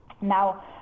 Now